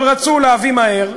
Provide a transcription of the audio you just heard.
אבל רצו להביא מהר,